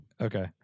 okay